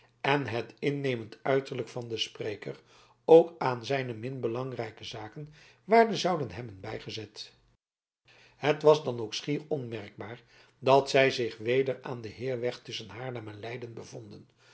en het innemend uiterlijke van den spreker ook aan min belangrijke zaken waarde zouden hebben bijgezet het was dan ook schier onmerkbaar dat zij zich weder aan den heirweg tusschen haarlem en leiden bevonden